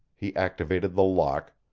he activated the lock,